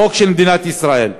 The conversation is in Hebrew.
חוק של מדינת ישראל,